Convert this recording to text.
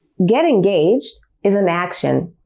get engaged is an action.